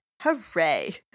Hooray